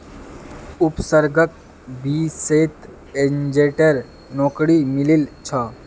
उपसर्गक बीएसईत एजेंटेर नौकरी मिलील छ